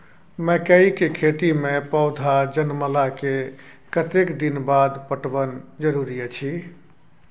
मकई के खेती मे पौधा जनमला के कतेक दिन बाद पटवन जरूरी अछि?